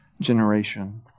generation